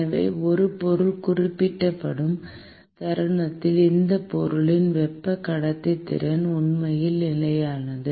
எனவே ஒரு பொருள் குறிப்பிடப்படும் தருணத்தில் அந்த பொருளின் வெப்ப கடத்துத்திறன் உண்மையில் நிலையானது